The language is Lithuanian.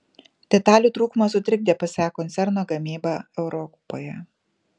detalių trūkumas sutrikdė psa koncerno gamybą europoje